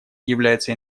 являются